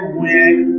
win